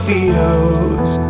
Feels